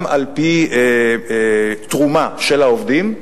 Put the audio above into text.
גם על-פי תרומה של העובדים,